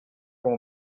com